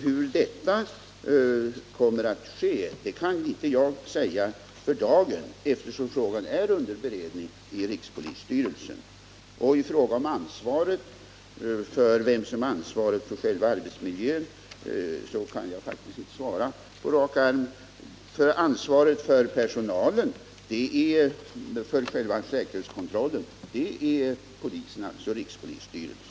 Hur det kommer att bli med transportbanden kan jag inte säga för dagen, eftersom frågan är under beredning inom rikspolisstyrelsen. När det gäller frågan om vem som har ansvaret för själva arbetsmiljön, så kan jag faktiskt inte svara på detta på rak arm, men ansvaret för personalen vid säkerhetskontrollen åvilar rikspolisstyrelsen.